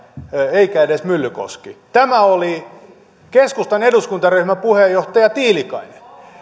eikä edes myllykoski tämä oli keskustan eduskuntaryhmän puheenjohtaja tiilikainen